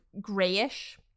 grayish